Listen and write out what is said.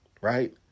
right